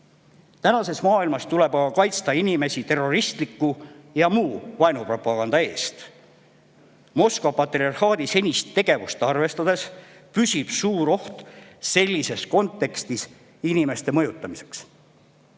maailmas tuleb kaitsta inimesi terroristliku ja muu vaenupropaganda eest. Moskva patriarhaadi senist tegevust arvestades püsib suur oht sellises kontekstis inimeste mõjutamiseks.